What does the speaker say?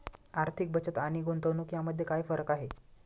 आर्थिक बचत आणि गुंतवणूक यामध्ये काय फरक आहे?